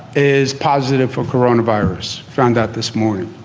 is positive for corona virus found out this morning